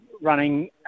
running